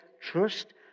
trust